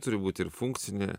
turi būti ir funkcinė